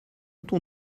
ton